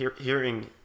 hearing